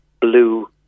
blue